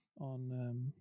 on